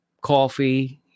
coffee